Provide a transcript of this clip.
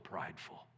prideful